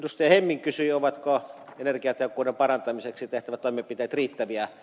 hemming kysyi ovatko energiatehokkuuden parantamiseksi tehtävät toimenpiteet riittäviä